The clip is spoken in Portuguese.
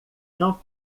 não